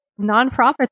nonprofit